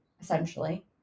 essentially